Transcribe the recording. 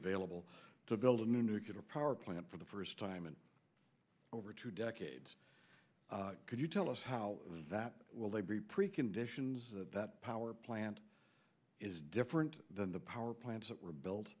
available to build a new nuclear power plant for the first time in over two decades could you tell us how that will they be preconditions of that power plant is different than the power plants that were built